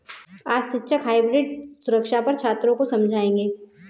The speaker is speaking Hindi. आज शिक्षक हाइब्रिड सुरक्षा पर छात्रों को समझाएँगे